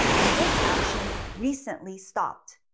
and this action recently stopped.